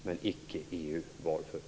Men icke EU. Varför?